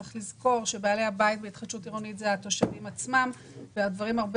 צריך לזכור שבעלי הבית בהתחדשות עירונית הם התושבים ולכן הדברים הרבה